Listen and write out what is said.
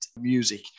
music